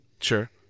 Sure